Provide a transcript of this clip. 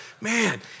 man